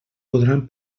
podran